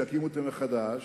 שיקימו אותם מחדש,